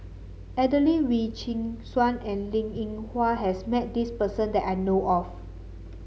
Adelene Wee Chin Suan and Linn In Hua has met this person that I know of